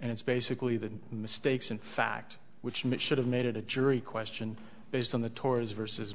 and it's basically the mistakes in fact which meant should have made it a jury question based on the tours versus